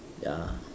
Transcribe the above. ya